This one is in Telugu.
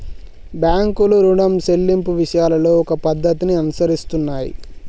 బాంకులు రుణం సెల్లింపు విషయాలలో ఓ పద్ధతిని అనుసరిస్తున్నాయి